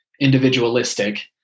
individualistic